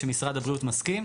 שמשרד הבריאות מסכים,